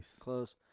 Close